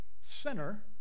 sinner